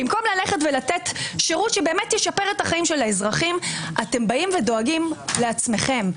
במקום לתת שירות שבאמת ישפר את החיים של האזרחים אתם דואגים לעצמכם,